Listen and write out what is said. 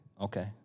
Okay